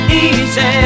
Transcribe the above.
easy